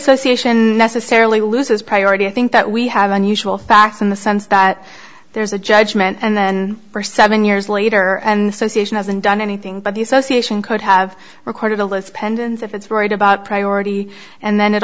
association necessarily loses priority i think that we have unusual facts in the sense that there's a judgement and then for seven years later and so station hasn't done anything but the association could have recorded a list pendants if it's right about priority and then it